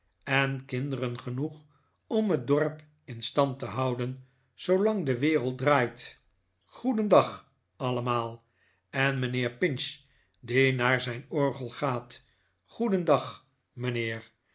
en kinderen genoeg om het dorp in stand te houden zoolang de wereld draait goede pecksniff's op weg naar londen dendag allemaal en mijnheer pinch die naar zijn orgel gaat goedendag mijnheer